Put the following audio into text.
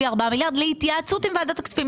ארבעה מיליארד להתייעצות עם ועדת הכספים.